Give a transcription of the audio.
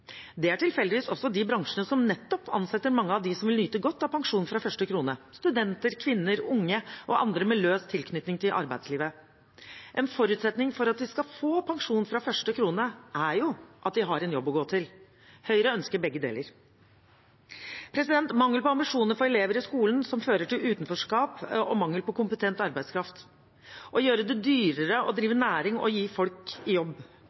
Det er tilfeldigvis også de bransjene som nettopp ansetter mange av dem som vil nyte godt av pensjon fra første krone – studenter, kvinner, unge og andre med løs tilknytning til arbeidslivet. En forutsetning for at de skal få pensjon fra første krone, er jo at de har en jobb å gå til. Høyre ønsker begge deler. Det er mangel på ambisjoner for elever i skolen, noe som fører til utenforskap, det er mangel på kompetent arbeidskraft, og det gjøres dyrere å drive